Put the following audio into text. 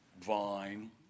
vine